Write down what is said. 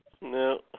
No